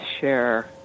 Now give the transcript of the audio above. share